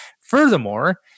Furthermore